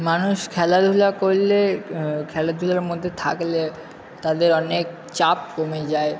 মানুষ খেলাধুলা করলে খেলাধুলার মধ্যে থাকলে তাদের অনেক চাপ কমে যায়